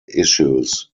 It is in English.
issues